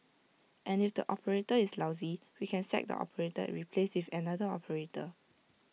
and if the operator is lousy we can sack the operator and replace with another operator